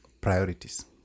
priorities